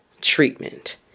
treatment